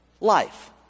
life